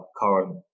current